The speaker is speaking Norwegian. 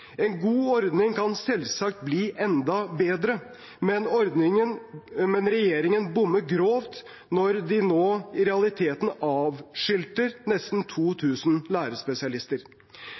En god ordning kan selvsagt bli enda bedre, men regjeringen bommer grovt når den nå i realiteten avskilter nesten 2 000 lærerspesialister.